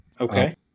Okay